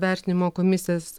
vertinimo komisijos